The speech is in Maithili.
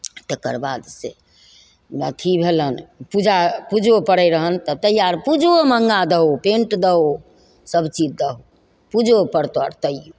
तकर बाद से अथी भेलनि पूजा पूजो पड़ै रहनि तऽ तैआर पूजोमे अङ्गा दहो पैन्ट दहो सबचीज दहो पूजो पड़तऽ तैओ